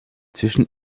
zwischen